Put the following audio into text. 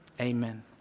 Amen